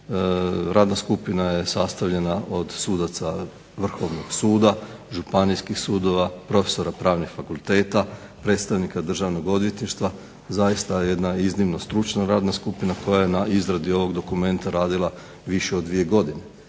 Radna skupina je sastavljena od sudaca Vrhovnog suda, županijskih sudova, profesora pravnih fakulteta, predstavnika Državnog odvjetništva. Zaista je jedna iznimno stručna radna skupina koja je na izradi ovog dokumenta radila više od dvije godine.